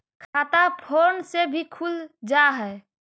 खाता फोन से भी खुल जाहै?